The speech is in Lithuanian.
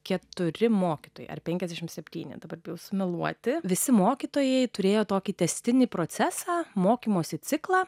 keturi mokytojai ar penkiasdešim septyni dabar bijau sumeluoti visi mokytojai turėjo tokį tęstinį procesą mokymosi ciklą